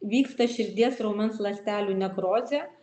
vyksta širdies raumens ląstelių nekrozė